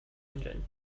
engine